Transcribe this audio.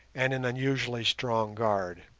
and an unusually strong guard.